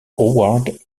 howard